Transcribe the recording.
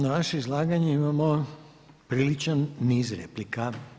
Na vaše izlaganje imamo priličan niz replika.